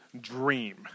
dream